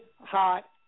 hot